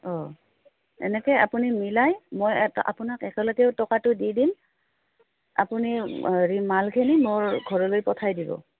অঁ এনেকে আপুনি মিলাই মই আপোনাক একেলগেও টকাটো দি দিম আপুনি হেৰি মালখিনি মোৰ ঘৰলৈ পঠাই দিব